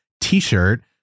T-shirt